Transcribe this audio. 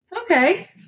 Okay